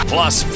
Plus